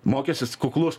mokestis kuklus